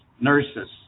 nurses